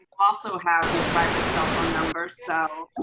also have your private cell phone number, so.